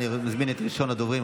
אני מזמין את ראשון הדוברים,